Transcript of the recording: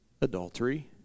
adultery